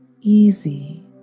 easy